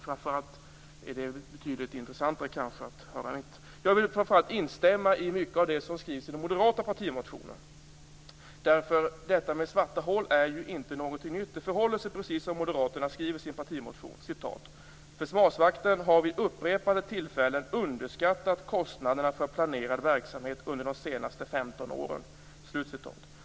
Framför allt kan det vara betydligt intressantare att ta del av. Jag vill framför allt instämma i mycket av det som står i den moderata partimotionen. Svarta hål är inte något nytt. Det förhåller sig precis som Moderaterna skriver i sin partimotion: "Försvarsmakten har vid upprepade tillfällen underskattat kostnaderna för planerad verksamhet under de senaste femton åren."